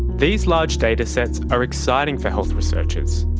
these large datasets are exciting for health researchers.